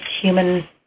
human